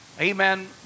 amen